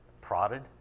prodded